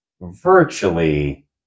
virtually